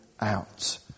out